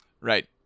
right